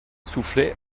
soufflait